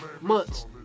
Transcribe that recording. months